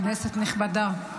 כנסת נכבדה,